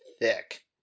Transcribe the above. thick